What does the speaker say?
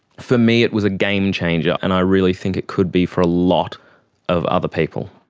for me it was a game changer, and i really think it could be for a lot of other people.